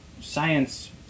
science